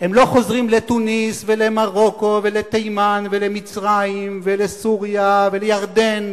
לא חוזרים לתוניס ולמרוקו ולתימן ולמצרים ולסוריה ולירדן,